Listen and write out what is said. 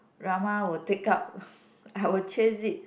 drama were take out I will chase it